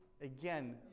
again